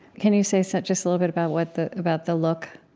can you say so just a little bit about what the about the look?